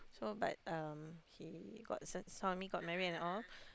so but um he got s~ saw me got married and all